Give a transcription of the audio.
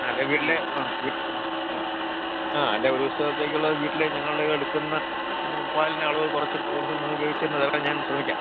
അല്ലേൽ വീട്ടിൽ ആ അല്ലേൽ ഒരു ദിവസത്തേക്കുള്ള വീട്ടിലെ ഞങ്ങളുടെ എടുക്കുന്ന പാലിൻ്റെ അളവ് കുറച്ചിട്ട് ഉപയോഗിക്കാൻ ഞാൻ ശ്രമിക്കാം